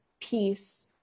peace